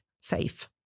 safe